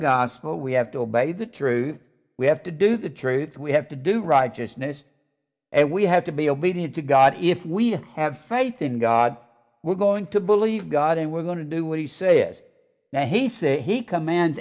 gospel we have to obey the truth we have to do the truth we have to do righteousness and we have to be obedient to god if we don't have faith in god we're going to believe god and we're going to do what he says that he says he commands